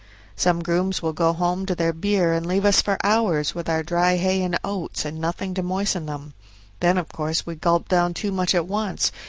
some grooms will go home to their beer and leave us for hours with our dry hay and oats and nothing to moisten them then of course we gulp down too much at once,